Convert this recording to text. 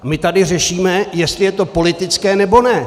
My tady řešíme, jestli je to politické, nebo ne.